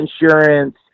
insurance